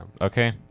Okay